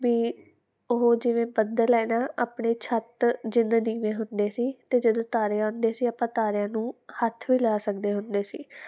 ਵੀ ਉਹ ਜਿਵੇਂ ਬੱਦਲ ਹੈ ਨਾ ਆਪਣੇ ਛੱਤ ਜਿੱਦਾਂ ਦੀਵੇ ਹੁੰਦੇ ਸੀ ਅਤੇ ਜਦੋਂ ਤਾਰੇ ਆਉਂਦੇ ਸੀ ਆਪਾਂ ਤਾਰਿਆਂ ਨੂੰ ਹੱਥ ਵੀ ਲਾ ਸਕਦੇ ਹੁੰਦੇ ਸੀ